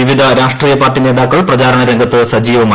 വിവിധ രാഷ്ട്രീയ പാർട്ടി നേതാക്കൾ പ്രചാരണ രംഗത്ത് സജീവമായി